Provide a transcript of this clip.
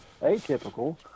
atypical